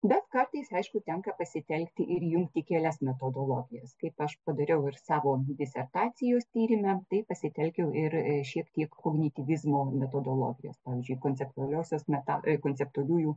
bet kartais aišku tenka pasitelkti ir jungti kelias metodologijas kaip aš padariau ir savo disertacijos tyrime tai pasitelkiau ir šiek tiek kognityvizmo metodologijos pavyzdžiui konceptualiosios metaf konceptualiųjų